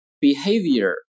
Behavior